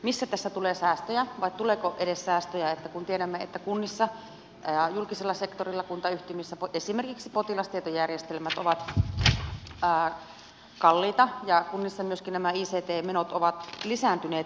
missä tässä tulee säästöjä vai tuleeko edes säästöjä kun tiedämme että kunnissa julkisella sektorilla kuntayhtymissä esimerkiksi potilastietojärjestelmät ovat kalliita ja kunnissa myöskin ict menot ovat lisääntyneet